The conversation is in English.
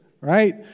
right